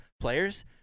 players